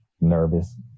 nervous